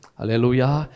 Hallelujah